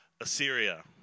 Assyria